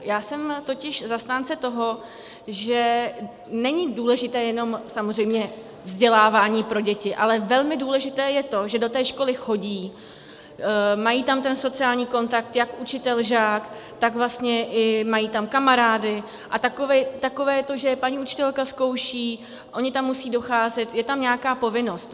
Já jsem totiž zastánce toho, že není důležité jenom vzdělávání pro děti, ale velmi důležité je to, že do té školy chodí, mají tam ten sociální kontakt, jak učitel žák, tak vlastně mají tam kamarády, a takové to, že je paní učitelka zkouší, oni tam musí docházet, je tam nějaká povinnost.